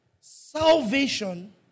salvation